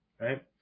Right